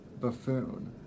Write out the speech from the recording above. buffoon